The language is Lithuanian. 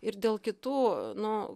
ir dėl kitų nu